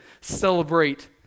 celebrate